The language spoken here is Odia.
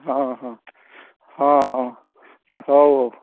ହଁ ହଁ ହଁ ହଁ ହେଉ